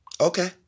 Okay